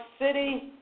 City